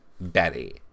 Betty